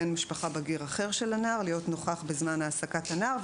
משפחה בגיר אחר של הנער להיות נוכח בזמן העסקת הנער".